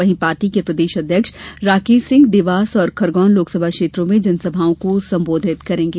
वहीं पार्टी के प्रदेश अध्यक्ष राकेश सिंह देवास और खरगोन लोकसभा क्षेत्रों में जनसभाओं को संबोधित करेंगे